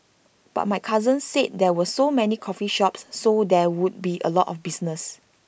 but my cousin said there were so many coffee shops so there would be A lot of business